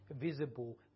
visible